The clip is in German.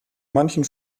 manchen